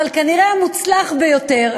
אבל כנראה המוצלח ביותר,